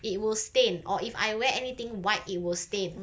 it will stain or if I wear anything white it will stain